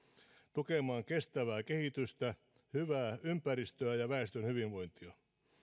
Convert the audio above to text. tukemaan kestävää kehitystä hyvää ympäristöä ja väestön hyvinvointia